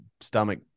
stomach